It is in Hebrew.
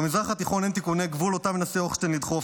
במזרח התיכון אין תיקוני גבול שמנסה הוכשטיין לדחוף.